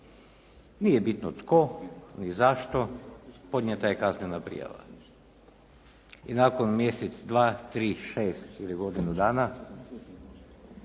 Nije bitno tko ni zašto? Podnijeta je kaznena prijava. I nakon mjesec, dva, tri, šest ili godinu dana